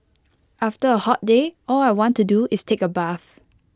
after A hot day all I want to do is take A bath